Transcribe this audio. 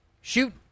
Shoot